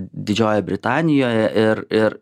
didžiojoje britanijoje ir ir